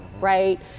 right